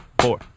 four